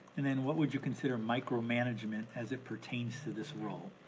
and and what would you consider micromanagement as it pertains to this role?